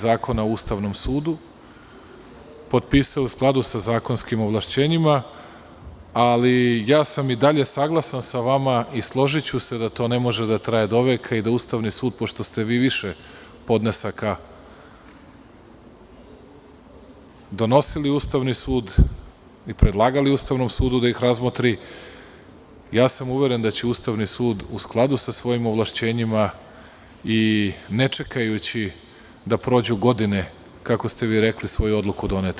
Zakona o Ustavnom sudu, potpisao je u skladu sa zakonskim ovlašćenjima, ali ja sam i dalje saglasan sa vama i složiću se da to ne može da traje doveka i da Ustavni sud, pošto ste vi više podnesaka donosili u Ustavni sud i predlagali Ustavnom sudu da iz razmotri, ja sam uveren da će Ustavni sud, u skladu sa svojim ovlašćenjima i ne čekajući da prođu godine, kako ste vi rekli, svoju odluku doneti.